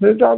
ସେ ତ